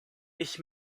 ich